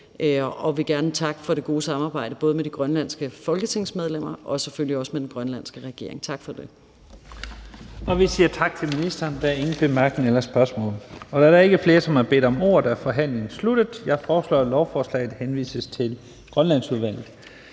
og vil gerne takke for det gode samarbejde både med de grønlandske folketingsmedlemmer og selvfølgelig også med den grønlandske regering. Tak for det. Kl. 15:45 Første næstformand (Leif Lahn Jensen): Vi siger tak til ministeren. Der er ingen korte bemærkninger eller spørgsmål. Da der ikke er flere, som har bedt om ordet, er forhandlingen sluttet. Jeg foreslår, at lovforslaget henvises til Grønlandsudvalget.